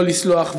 לא לסלוח,